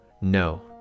no